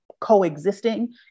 coexisting